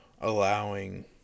allowing